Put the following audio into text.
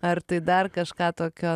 ar tai dar kažką tokio